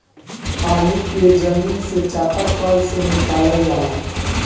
पानी के जमीन से चपाकल से निकालल जाला